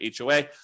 HOA